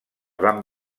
vam